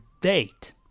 date